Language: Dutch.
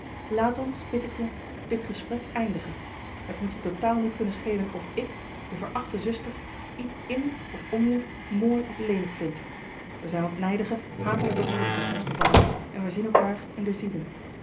laat ons bid ik je dit gesprek eindigen het moet je totaal louis couperus de boeken der kleine zielen niet kunnen schelen of i k je verachte zuster iets in of om je mooi of leelijk vind er zijn wat nijdige hatelijke woorden tusschen ons gevallen en wij zien elkaâr in de zielen